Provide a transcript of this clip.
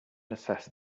assessed